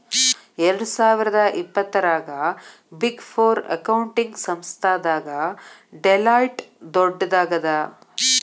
ಎರ್ಡ್ಸಾವಿರ್ದಾ ಇಪ್ಪತ್ತರಾಗ big four accounting ಸಂಸ್ಥಾದಾಗ ಡೆಲಾಯ್ಟ್ ದೊಡ್ಡದಾಗದ